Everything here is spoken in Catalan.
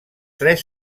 tres